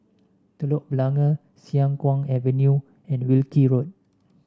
Telok Blangah Siang Kuang Avenue and Wilkie Road